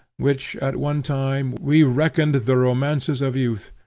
which, at one time, we reckoned the romances of youth,